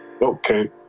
Okay